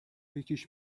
یکیش